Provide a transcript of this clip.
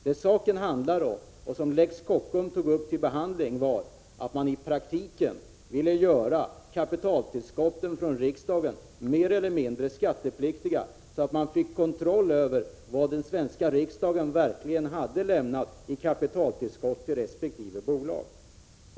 Vad saken handlar om, och det togs upp till behandling i samband med lex Kockum, är att man i praktiken har velat göra kapitaltillskotten från riksdagen mer eller mindre skattepliktiga för att få kontroll över vad den svenska riksdagen verkligen lämnat i kapitaltillskott till resp. bolag.